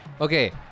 Okay